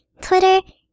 Twitter